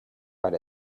but